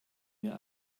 mehr